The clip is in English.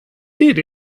did